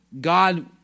God